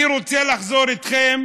אני רוצה לחזור איתכם